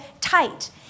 tight